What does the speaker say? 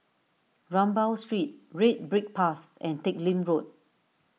Rambau Street Red Brick Path and Teck Lim Road